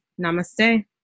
namaste